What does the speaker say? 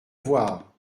voir